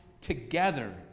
together